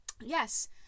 yes